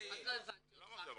אז לא הבנתי אותך.